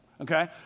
okay